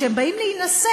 כשהם באים להינשא,